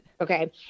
Okay